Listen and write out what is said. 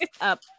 up